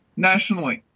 nationally.